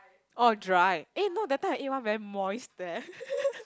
orh dry eh no the time I eat one very moist leh